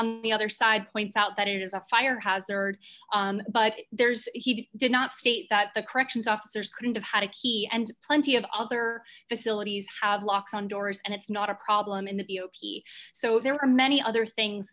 on the other side points out that it is a fire hazard but there's he did not state that the corrections officers couldn't have had a key and plenty of other facilities have locks on doors and it's not a problem in the p o p so there are many other things